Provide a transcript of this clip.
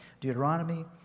Deuteronomy